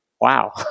wow